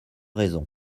raisons